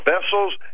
vessels